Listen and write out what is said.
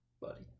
Buddy